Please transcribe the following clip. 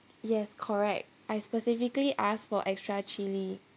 yes correct I specifically ask for extra chilli